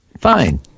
fine